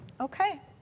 okay